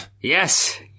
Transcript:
Yes